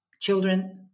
children